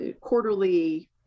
quarterly